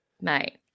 mate